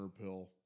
pill